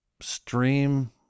stream